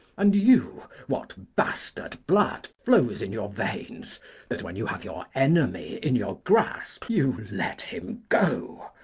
and you, what bastard blood flows in your veins that when you have your enemy in your grasp you let him go!